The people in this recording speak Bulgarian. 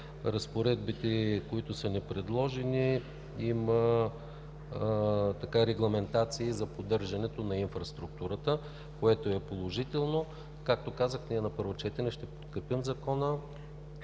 разпоредбите, които са ни предложени, има и регламентация за поддържането на инфраструктурата, което е положително. Както казах, ние на първо четене ще подкрепим Закона